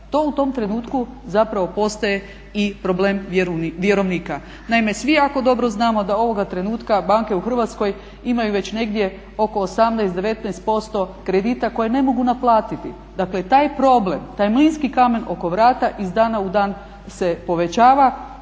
to u tom trenutku zapravo postaje i problem vjerovnika. Naime, svi jako dobro znamo da ovoga trenutka banke u Hrvatskoj imaju već negdje oko 18%, 19% kredita koje ne mogu naplatiti. Dakle taj problem, taj mlinski kamen oko vrata iz dana u dan se povećava.